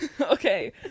Okay